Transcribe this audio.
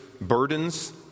burdens